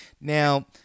Now